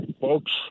folks